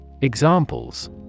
Examples